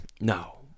No